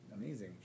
Amazing